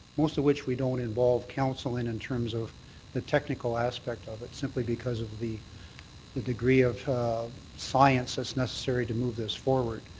most of which we don't involve council in in terms of the technical aspect of it simply because of of the the degree of science that's necessary to move this forward.